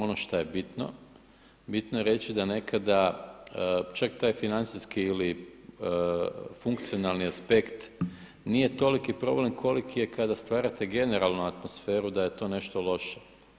Ono što je bitno, bitno je reći da nekada čak taj financijski ili funkcionalni aspekt nije toliki problem koliki je kada stvarate generalno atmosferu da je to nešto loše.